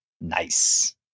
Nice